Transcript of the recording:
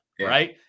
right